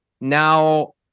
Now